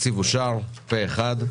התקציב אושר פה-אחד.